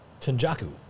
Tenjaku